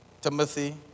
Timothy